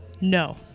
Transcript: No